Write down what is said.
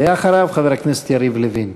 ואחריו, חבר הכנסת יריב לוין.